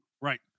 Right